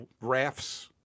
rafts